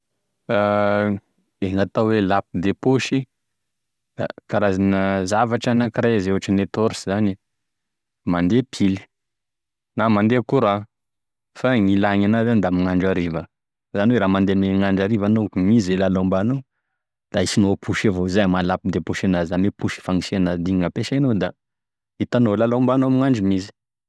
Gn'atao hoe lampy de paosy da karazana zavatra anakiray zay ohatrin'ny torsa zany mandeha pily, na mande courant fa gn'ilany agnazy zany da amy gn'andro hariva, izany hoe raha mandeha gne gn'andro hariva anao ka mizy e lala hombanao, da ahisinao ampaosy evao izy, izay e maha lampy de paosy enazy.da igny gn'ampesainao da hitanao e lala hombanao amegn'andro mizy.